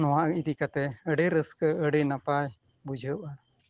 ᱱᱚᱣᱟ ᱤᱫᱤ ᱠᱟᱛᱮᱫ ᱟᱹᱰᱤ ᱨᱟᱹᱥᱠᱟᱹ ᱟᱹᱰᱤ ᱱᱟᱯᱟᱭ ᱵᱩᱡᱷᱟᱹᱜᱼᱟ